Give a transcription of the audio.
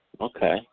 Okay